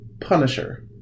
Punisher